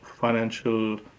financial